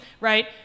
right